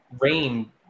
Rain